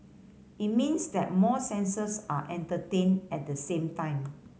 it means that more senses are entertained at the same time